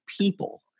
people